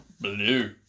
blue